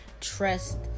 trust